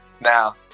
Now